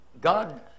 God